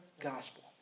gospel